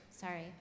Sorry